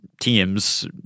teams